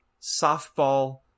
softball